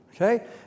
Okay